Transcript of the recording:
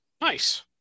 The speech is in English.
nice